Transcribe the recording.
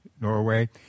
Norway